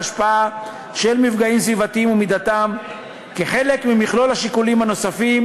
ההשפעה של מפגעים סביבתיים ומידתם כחלק ממכלול השיקולים הנוספים